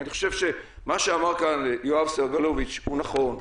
אני חושב שמה שאמר כאן יואב סגלוביץ' הוא נכון,